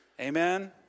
Amen